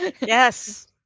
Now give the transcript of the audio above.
Yes